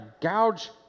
gouge